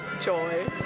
joy